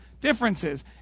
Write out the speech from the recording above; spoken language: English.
differences